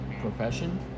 profession